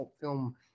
film